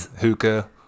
hookah